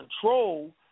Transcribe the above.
control